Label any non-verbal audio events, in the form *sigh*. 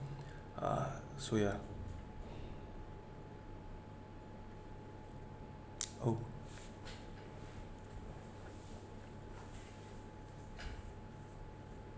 uh so ya *noise* oh